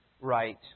right